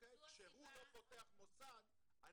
כשהוא לא פותח מוסד,